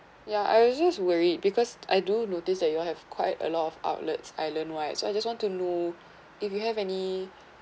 ya I just worried because I do notice that you all have quite a lot of outlets island wide so I just want to know if you have any